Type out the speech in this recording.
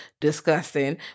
Disgusting